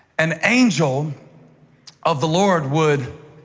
an angel of the lord would